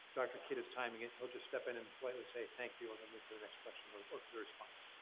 dr. kidd is timing it, he'll just step in and politely say thank you, and we'll move to the next question, or or to the response.